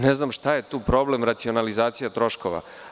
Ne znam šta je tu problem racionalizacija troškova.